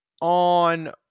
on